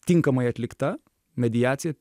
tinkamai atlikta mediacija